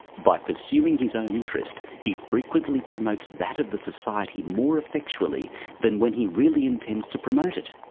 by pursuing his own interest, he frequently promotes that of the society more effectually than when he really intends to promote it.